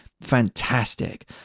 Fantastic